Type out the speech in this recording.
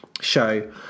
show